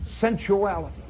sensuality